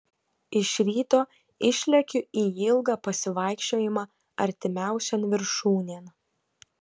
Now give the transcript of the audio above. iš ryto išlekiu į ilgą pasivaikščiojimą artimiausion viršūnėn